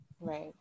right